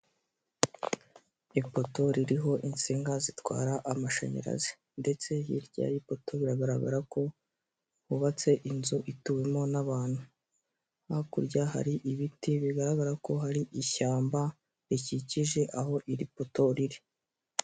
Ipoto ririho insinga zitwara amashanyarazi ndetse hirya y'ipoto biragaragara ko hubatse inzu ituwemo n'abantu hakurya hari ibiti bigaragara ko hari ishyamba rikikije aho iri poto riri.